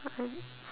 I